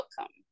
outcome